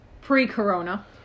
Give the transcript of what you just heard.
Pre-corona